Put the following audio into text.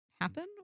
happen